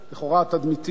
לכאורה התדמיתי.